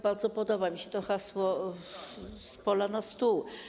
Bardzo podoba mi się to hasło: z pola na stół.